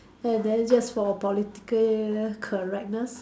and then just for politically correctness